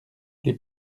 les